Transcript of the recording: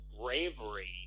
bravery